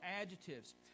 adjectives